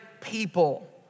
people